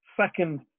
second